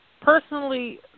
personally